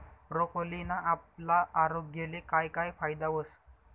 ब्रोकोलीना आपला आरोग्यले काय काय फायदा व्हस